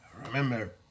remember